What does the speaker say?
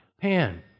Pan